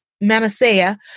Manasseh